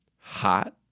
hot